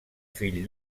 fill